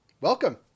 welcome